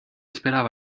esperaba